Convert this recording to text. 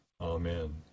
Amen